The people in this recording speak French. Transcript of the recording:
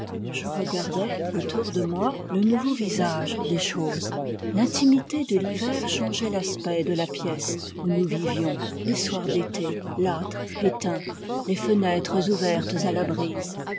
je regardais autour de moi le nouveau visage des choses l'intimité de l'hiver changeait l'aspect de la pièce où nous vivions les soirs d'été l'âtre éteint les fenêtres ouvertes à la brise